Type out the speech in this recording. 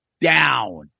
down